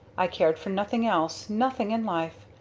i cared for nothing else nothing in life.